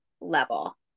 level